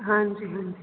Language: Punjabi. ਹਾਂਜੀ ਹਾਂਜੀ